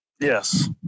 Yes